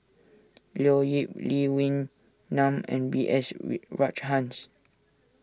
Leo Yip Lee Wee Nam and B S Rajhans